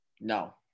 No